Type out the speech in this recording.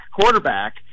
quarterback